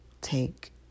take